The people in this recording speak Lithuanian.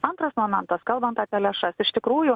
antras momentas kalbant apie lėšas iš tikrųjų